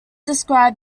describe